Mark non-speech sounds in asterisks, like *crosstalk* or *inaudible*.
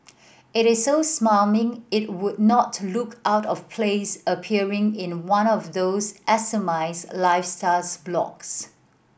it is so smarmy it would not look out of place appearing in one of those *unintelligible* lifestyles blogs